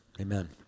Amen